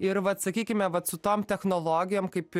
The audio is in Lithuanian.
ir vat sakykime vat su tom technologijom kaip